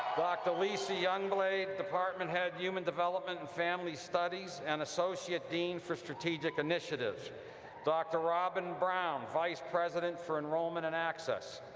dr. lise youngblade, department head, human development and family studies and associate dean for strategic initiatives dr. robin brown, vice president for enrollment and access